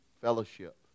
fellowship